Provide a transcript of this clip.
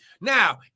Now